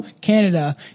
Canada